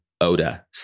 Oda